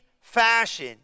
fashion